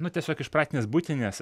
nu tiesiog iš praktinės buitinės